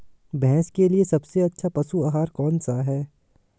भैंस के लिए सबसे अच्छा पशु आहार कौनसा है?